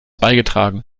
beigetragen